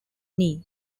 knee